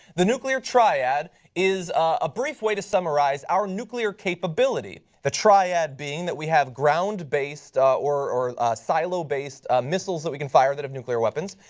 the nuclear triad is a brief way to summarize our nuclear capability. the triad being that we have ground based or silo based missiles that we can fire that have nuclear weapons.